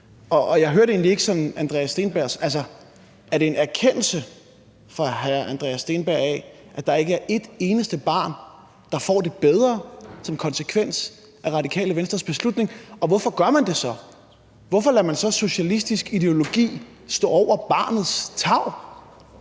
må simpelt hen ikke lave flere. Men er det en erkendelse fra hr. Andreas Steenberg af, at der ikke er et eneste barn, der får det bedre som konsekvens af Radikale Venstres beslutning, og hvorfor gør man det så? Hvorfor lader man så socialistisk ideologi stå over barnets tarv?